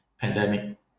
pandemic